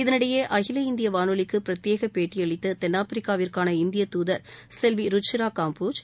இதனிடையே அகில இந்திய வானொலிக்கு பிரத்யேக பேட்டியளித்த தென்னாப்பிரிக்காவிற்கான இந்திய தூதர் செல்வி ருச்சிரா காம்போஜ்